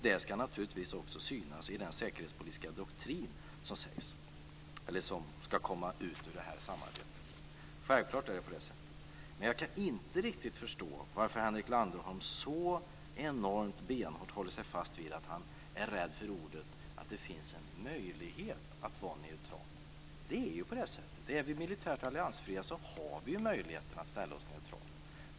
Det ska naturligtvis också synas i den säkerhetspolitiska doktrin som ska komma ut ur det här samarbetet. Självklart är det på det sättet. Men jag kan inte riktigt förstå varför Henrik Landerholm så enormt benhårt håller sig fast vid att han är rädd för ordet "möjlighet", alltså att det finns en möjlighet att vara neutral. Det är ju på det sättet. Är vi militärt alliansfria har vi möjligheten att ställa oss neutrala.